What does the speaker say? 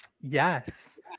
Yes